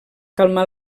calmar